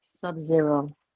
Sub-zero